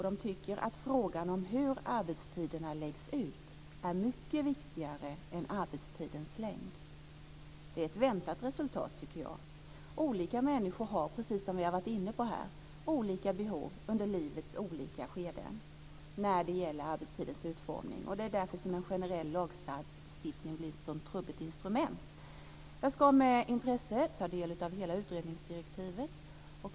De tycker att frågan om hur arbetstiderna läggs ut är mycket viktigare än arbetstidens längd. Det är ett väntat resultat, tycker jag. Olika människor har olika behov under livets olika skeden när det gäller arbetstidens utformning, precis som vi har varit inne på här. Det är därför en generell lagstiftning blir ett så trubbigt instrument. Jag ska med intresse ta del av hela utredningsdirektivet.